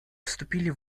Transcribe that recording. вступили